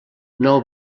nou